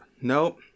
nope